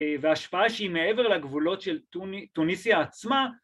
‫וההשפעה שהיא מעבר לגבולות ‫של טוניסיה עצמה.